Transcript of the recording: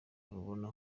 rubona